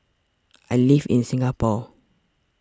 I live in Singapore